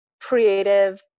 creative